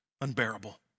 unbearable